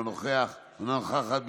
אינה נוכחת,